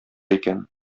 икән